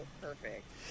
perfect